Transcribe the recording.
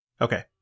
Okay